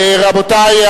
רבותי,